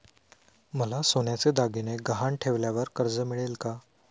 मला सोन्याचे दागिने गहाण ठेवल्यावर कर्ज मिळेल का?